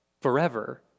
forever